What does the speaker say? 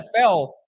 NFL